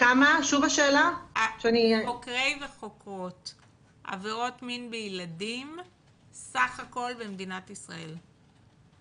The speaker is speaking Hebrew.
במדינת ישראל?